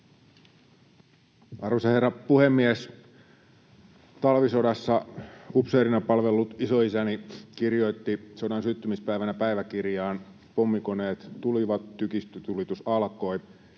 Arvoisa herra puhemies! Talvisodassa upseerina palvellut isoisäni kirjoitti sodan syttymispäivänä päiväkirjaan: ”Pommikoneet tulivat, tykistötulitus alkoi